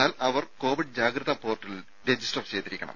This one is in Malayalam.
എന്നാൽ അവർ കൊവിഡ് ജാഗ്രതാ പോർട്ടലിൽ രജിസ്റ്റർ ചെയ്തിരിക്കണം